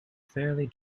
fairly